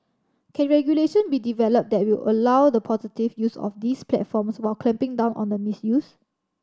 can regulation be developed that will allow the positive use of these platforms while clamping down on the misuse